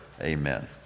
Amen